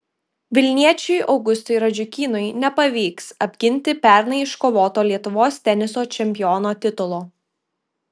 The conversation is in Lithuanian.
vilniečiui augustui radžiukynui nepavyks apginti pernai iškovoto lietuvos teniso čempiono titulo